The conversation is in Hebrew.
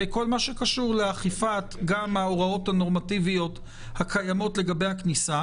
שקשור לאכיפת ההוראות הנורמטיביות הקיימות לגבי הכניסה